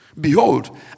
Behold